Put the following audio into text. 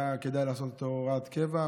היה כדאי לעשות אותו בהוראת קבע,